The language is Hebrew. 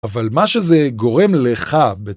‫אבל מה שזה גורם לך בטח...